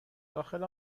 داخل